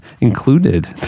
included